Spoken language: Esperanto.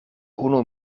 unu